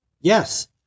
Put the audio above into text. Yes